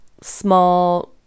small